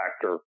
factor